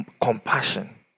Compassion